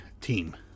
team